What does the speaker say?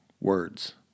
Words